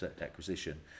acquisition